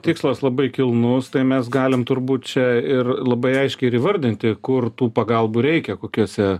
tikslas labai kilnus tai mes galim turbūt čia ir labai aiškiai ir įvardinti kur tų pagalbų reikia kokiuose